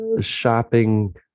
shopping